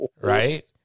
Right